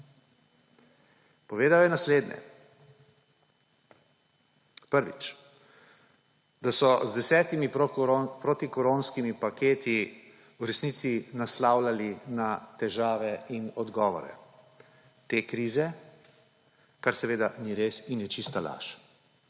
Povedal je naslednje. Prvič, da so z desetimi protikoronskimi paketi v resnici naslavljali na težave in odgovore te krize. Kar seveda ni res in je čista laž.